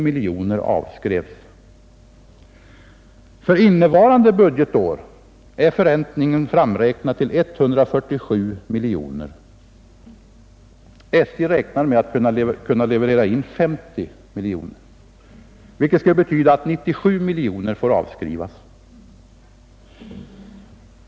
Resten — 92 För innevarande budgetår är förräntningen framräknad till 147 miljoner kronor. SJ räknar med att kunna leverera in 50 miljoner kronor, vilket skulle betyda att 97 miljoner får avskrivas.